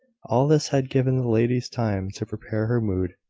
all this had given the lady time to prepare her mood,